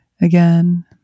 Again